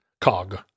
cog